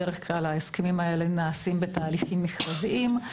בדרך כלל, ההסכמים האלה נעשים בתהליכים מכרזיים.